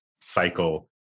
cycle